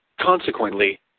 consequently